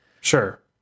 sure